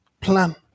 plan